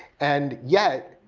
and yet,